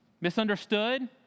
misunderstood